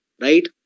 Right